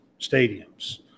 stadiums